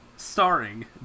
Starring